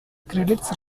credits